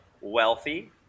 wealthy